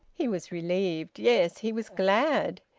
he was relieved. yes, he was glad.